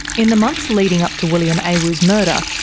in the months leading up to william awu's murder,